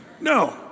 No